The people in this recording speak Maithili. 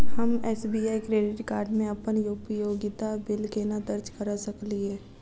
हम एस.बी.आई क्रेडिट कार्ड मे अप्पन उपयोगिता बिल केना दर्ज करऽ सकलिये?